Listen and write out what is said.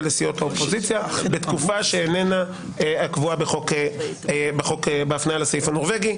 לסיעות האופוזיציה בתקופה שאיננה קבועה בהפניה לסעיף הנורבגי".